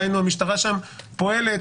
דהיינו המשטרה שם פועלת,